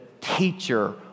teacher